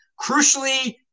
crucially